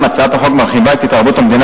אולם הצעת החוק מרחיבה את התערבות המדינה